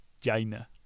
China